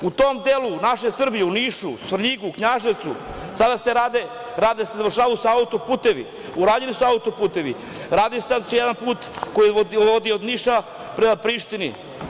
U tom delu naše Srbije u Nišu, Svrljigu, Knjaževcu, sada se rade, završavaju se auto-putevi, urađeni su auto-putevi, radi se sada jedan put koji vodi od Niša prema Prištini.